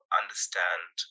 understand